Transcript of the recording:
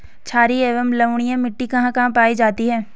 छारीय एवं लवणीय मिट्टी कहां कहां पायी जाती है?